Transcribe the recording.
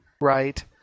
right